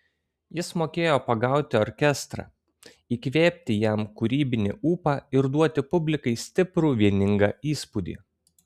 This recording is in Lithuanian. jis mokėjo pagauti orkestrą įkvėpti jam kūrybinį ūpą ir duoti publikai stiprų vieningą įspūdį